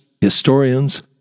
historians